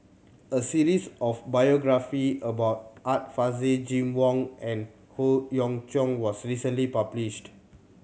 a series of biography about Art Fazil Jim Wong and Howe Yoon Chong was recently published